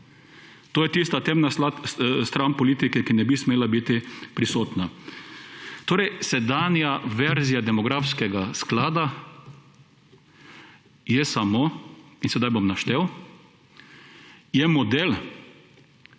To je tista temna stran politike, ki ne bi smela biti prisotna. Sedanja verzija demografskega sklada je samo, in zdaj bom naštel, model,